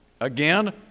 Again